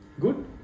good